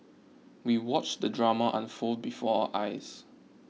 we watched the drama unfold before eyes